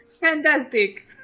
fantastic